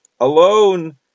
alone